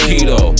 Keto